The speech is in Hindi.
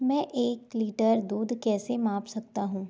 मैं एक लीटर दूध कैसे माप सकता हूँ